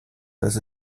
dass